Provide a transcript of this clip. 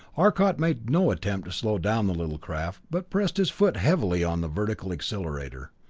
arcot made no attempt to slow down the little craft, but pressed his foot heavily on the vertical accelerator.